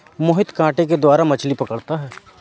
मोहित कांटे के द्वारा मछ्ली पकड़ता है